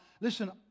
listen